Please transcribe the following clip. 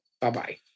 Bye-bye